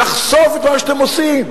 נחשוף את מה שאתם עושים.